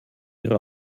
ihre